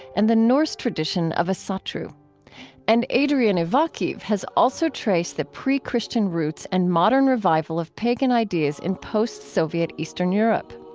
and the norse tradition of so asatru and adrian ivakhiv has also traced the pre-christian roots and modern revival of pagan ideas in post-soviet eastern europe.